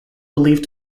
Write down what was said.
believed